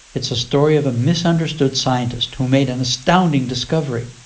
it's a story of a misunderstood scientist who made an astounding discovery,